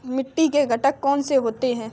मिट्टी के घटक कौन से होते हैं?